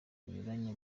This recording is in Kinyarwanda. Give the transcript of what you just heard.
binyuranye